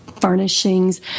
furnishings